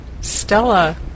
Stella